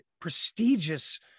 prestigious